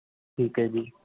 ਠੀਕ ਹੈ ਜੀ